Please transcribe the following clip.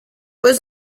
was